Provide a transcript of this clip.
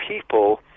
people